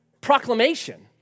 proclamation